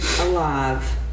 alive